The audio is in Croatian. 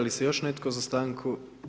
li se još netko za stanku?